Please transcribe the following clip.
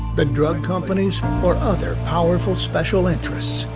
the drug companies or other powerful special interests,